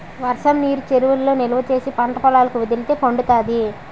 వర్షంనీరు చెరువులలో నిలవా చేసి పంటపొలాలకి వదిలితే పండుతాది